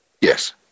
Yes